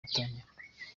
yatangira